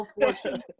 fortune